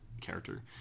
character